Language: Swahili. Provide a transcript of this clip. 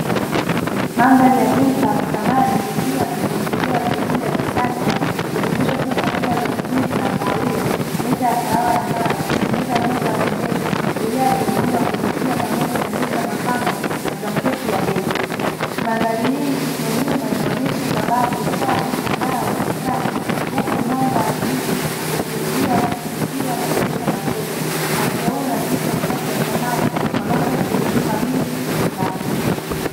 Mandhari ya duka la samani likiwa na mpangilio wa sebule la kisasa, ikijumuisha sofa kubwa za kijivu na kahawia, meza ya kahawa ya mbao, meza ndoga ya pembeni, zulia lenye mwanga wa kuvutia pamoja na mito ya mapambo, na mablanketi ya bei. Mandhari hii ya nyuma inaonyesha kabati taa na sanaa ya ukutani huku mwanga wa asilia ukiingia kupitia madirisha makubwa, mpangilio huu unaakisi wauzaji wa samani wanaotoa suluisho kamili majumbani.